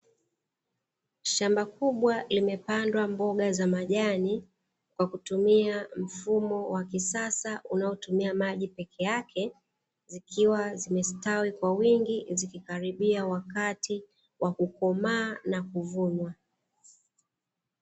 Shamba kubwa limepandwa mboga za majani, kwa kutumia mfumo wa kisasa unaotumia maji peke yake, zikiwa zimestawi kwa wingi, zikikaribia wakati wa kukomaa na kuvunwa.